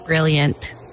Brilliant